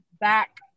back